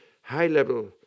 high-level